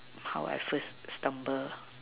how I first stumble